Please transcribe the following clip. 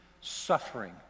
suffering